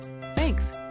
Thanks